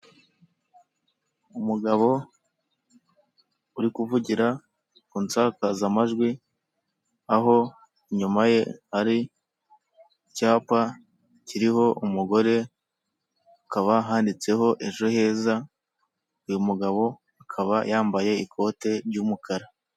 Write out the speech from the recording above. Umugabo uri kuvugira ku nsakazamajwi aho inyuma ye hari icyapa kiriho umugore, hakaba handitseho ejo heza uyu mugabo akaba yambaye ikote ry'umukara.